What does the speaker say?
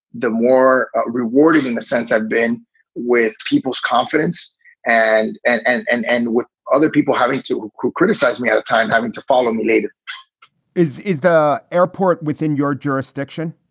the more rewarding in the sense i've been with people's confidence and and and and and with other people having to criticize me at a time, having to follow me lead is is the airport within your jurisdiction?